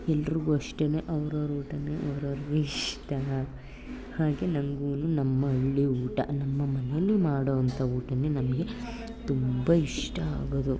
ಎಲ್ರಿಗೂ ಅಷ್ಟೆನೇ ಅವ್ರವ್ರ ಊಟನೇ ಅವ್ರವ್ರಿಗೆ ಇಷ್ಟ ಹಾಗೆ ನಮಗೂ ನಮ್ಮ ಹಳ್ಳಿ ಊಟ ನಮ್ಮ ಮನೇಲಿ ಮಾಡುವಂಥ ಊಟವೇ ನಮಗೆ ತುಂಬ ಇಷ್ಟ ಆಗೋದು